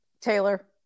Taylor